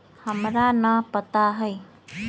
लाही के निवारक उपाय का होई?